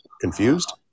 Confused